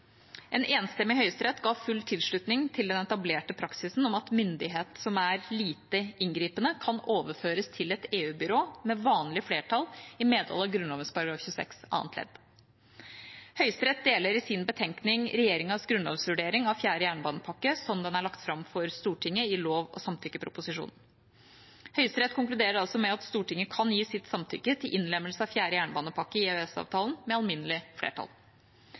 En enstemmig Høyesterett ga full tilslutning til den etablerte praksisen om at myndighet som er lite inngripende, kan overføres til et EU-byrå med vanlig flertall i medhold av Grunnloven § 26 annet ledd. Høyesterett deler i sin betenkning regjeringas grunnlovsvurdering av fjerde jernbanepakke slik den er lagt fram for Stortinget i lov- og samtykkeproposisjonen. Høyesterett konkluderer altså med at Stortinget kan gi sitt samtykke til innlemmelse av fjerde jernbanepakke i EØS-avtalen med alminnelig flertall.